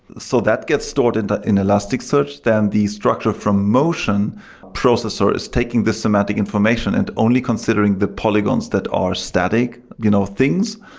so that gets stored in in elasticsearch. then the structure from motion processor is taking this semantic information and only considering the polygons that are static you know things.